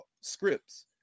scripts